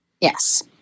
yes